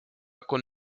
con